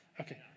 Okay